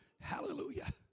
Hallelujah